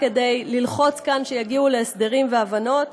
ללחוץ כאן שיגיעו להסדרים והבנות,